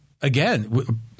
again